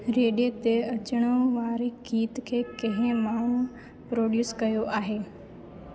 radio ते अचण वारे गीत खे कहिं माण्हूं प्रोड्यूस कयो आहे